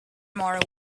more